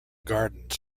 gardens